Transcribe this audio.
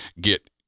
get